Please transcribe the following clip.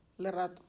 Lerato